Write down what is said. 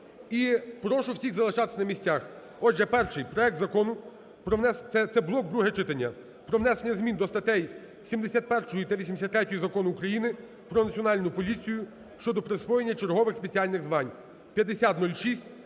Прошу всіх залишатися на місцях. Отже, перший. Проект Закону (це блок "друге читання") про внесення змін до статей 71 і 83 Закону України "Про Національну поліцію" щодо присвоєння чергових спеціальних звань (5006).